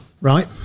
Right